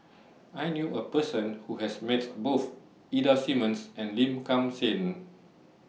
I knew A Person Who has Met Both Ida Simmons and Lim Kim San